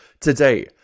today